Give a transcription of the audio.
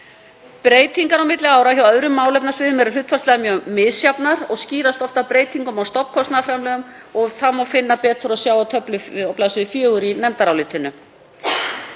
Breytingar á milli ára hjá öðrum málefnasviðum eru hlutfallslega mjög misjafnar og skýrast oft af breytingum á stofnkostnaðarframlögum og það má finna betur og sjá í töflu á bls. 4 í nefndarálitinu.